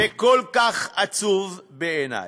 וכל כך עצוב בעיני.